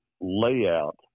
layout